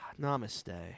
Namaste